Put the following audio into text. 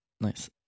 Nice